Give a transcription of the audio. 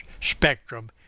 spectrum